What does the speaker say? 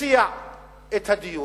הציע את הדיון,